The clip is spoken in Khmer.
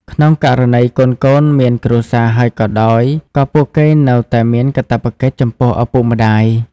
ក្នុងករណីកូនៗមានគ្រួសារហើយក៏ដោយ ក៏ពួកគេនៅតែមានកាតព្វកិច្ចចំពោះឪពុកម្តាយ។